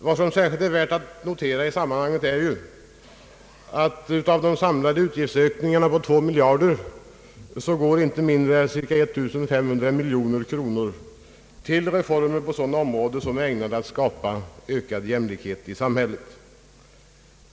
Vad som är särskilt värt att notera i sammanhanget är ju att av den samlade utgiftsökningen på 2 miljarder kronor går inte mindre än cirka 17500 miljoner kronor till reformer som är ägnade att skapa ökad jämlikhet i samhället.